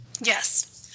yes